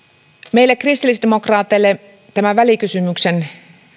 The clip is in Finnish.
meille kristillisdemokraateille tämä välikysymyksen